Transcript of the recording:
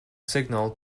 signal